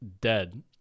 dead